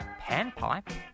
Panpipe